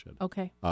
Okay